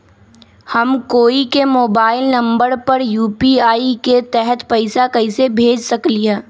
हम कोई के मोबाइल नंबर पर यू.पी.आई के तहत पईसा कईसे भेज सकली ह?